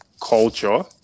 culture